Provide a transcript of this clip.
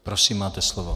Prosím, máte slovo.